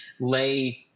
lay